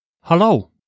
Hello